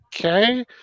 okay